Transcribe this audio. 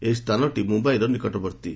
ଏହି ସ୍ଥାନଟି ମୁମ୍ବାଇର ନିକଟବର୍ତ୍ତୀ